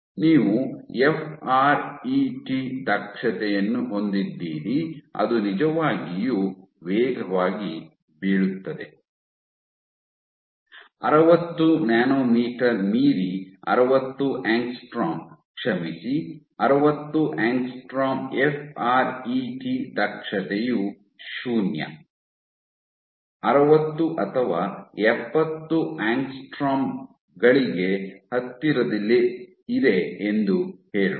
ನೀವು F R E T ದಕ್ಷತೆಯನ್ನು ಹೊಂದಿದ್ದೀರಿ ಅದು ನಿಜವಾಗಿಯೂ ವೇಗವಾಗಿ ಬೀಳುತ್ತದೆ ಅರವತ್ತು ನ್ಯಾನೊಮೀಟರ್ ಮೀರಿ ಅರವತ್ತು ಆಂಗ್ಸ್ಟ್ರಾಮ್ ಕ್ಷಮಿಸಿ ಅರವತ್ತು angstrom F R E T ದಕ್ಷತೆಯು ಶೂನ್ಯ ಅರವತ್ತು ಅಥವಾ ಎಪ್ಪತ್ತು ಆಂಗ್ಸ್ಟ್ರಾಮ್ಗಳಿಗೆ ಹತ್ತಿರದಲ್ಲಿದೆ ಎಂದು ಹೇಳೋಣ